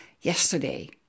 yesterday